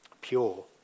pure